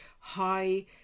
high